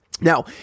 Now